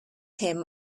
him